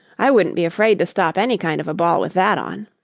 i wouldn't be afraid to stop any kind of a ball with that on.